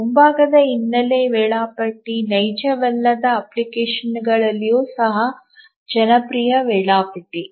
ಮುಂಭಾಗದ ಹಿನ್ನೆಲೆ ವೇಳಾಪಟ್ಟಿ ನೈಜವಲ್ಲದ ಅಪ್ಲಿಕೇಶನ್ಗಳಲ್ಲಿಯೂ ಸಹ ಜನಪ್ರಿಯ ವೇಳಾಪಟ್ಟಿ